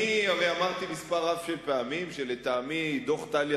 הרי אני אמרתי מספר רב של פעמים שלטעמי דוח טליה